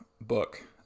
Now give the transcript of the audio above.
book